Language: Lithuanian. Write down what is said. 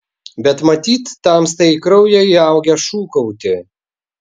bet matyt tamstai į kraują įaugę šūkauti